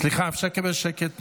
סליחה, אפשר לקבל שקט במליאה?